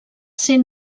ser